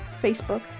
Facebook